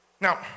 Now